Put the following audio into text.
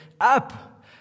Up